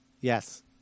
Yes